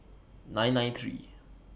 nine nine three